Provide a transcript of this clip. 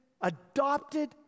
adopted